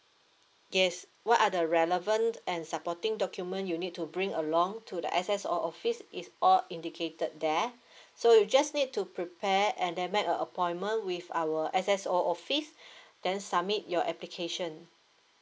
yes what are the relevant and supporting document you need to bring along to the S_S_O office is all indicated there so you just need to prepare and then make an appointment with our S_S_O office then submit your application